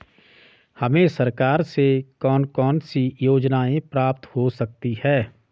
हमें सरकार से कौन कौनसी योजनाएँ प्राप्त हो सकती हैं?